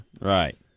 right